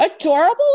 Adorable